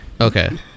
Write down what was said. Okay